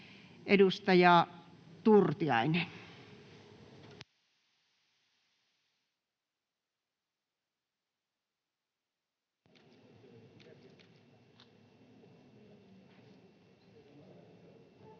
edustaja Turtiainen. [Speech